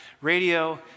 radio